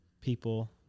people